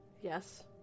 Yes